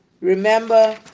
remember